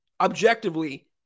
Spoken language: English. objectively